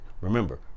Remember